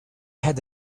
had